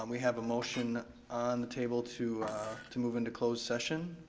um we have a motion on the table to to move into closed session.